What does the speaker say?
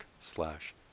slash